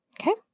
Okay